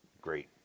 great